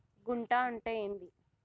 గుంట అంటే ఏంది?